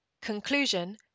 Conclusion